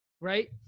Right